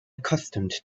accustomed